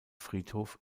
friedhof